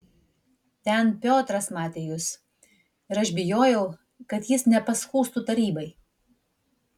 ten piotras matė jus ir aš bijojau kad jis nepaskųstų tarybai